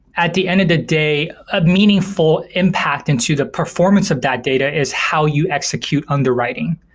at the end of the day, a meaningful impact into the performance of that data is how you execute underwriting.